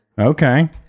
Okay